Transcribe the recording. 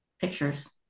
pictures